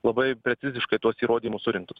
labai preciziškai tuos įrodymus surinktus